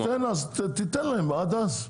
אז תנו להם עד אז.